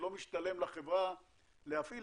שלא משתלם לחברה להפעיל,